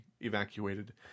evacuated